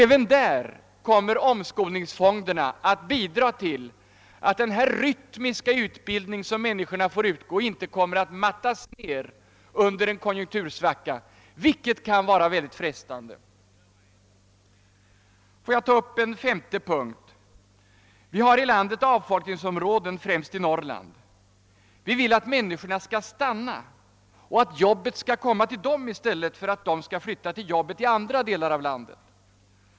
Även där kommer omskolningsfonderna att bidra till att denna rytmiska utbildning som människorna får undergå inte kommer att mattas ned under en konjunktursvacka vilket kan vara mycket frestande. Jag skulle vilja ta upp ytterligare en punkt. Det finns i landet avfolkningsområden, främst i Norrland. Vi vill att människorna skall stanna och att jobbet skall komma till dem i stället för att de skall flytta till jobbet i andra delar av landet.